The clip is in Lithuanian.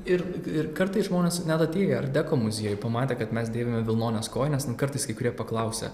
ir ir kartais žmonės net atėję į art deko muziejų pamatę kad mes dėvime vilnones kojines nu kartais kai kurie paklausia